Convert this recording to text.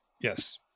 Yes